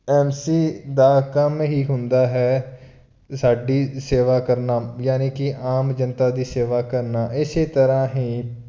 M C ਦਾ ਕੰਮ ਹੀ ਹੁੰਦਾ ਹੈ ਸਾਡੀ ਸੇਵਾ ਕਰਨਾ ਜਾਨੀ ਕਿ ਆਮ ਜਨਤਾ ਦੀ ਸੇਵਾ ਕਰਨਾ ਇਸ ਤਰ੍ਹਾਂ ਹੀ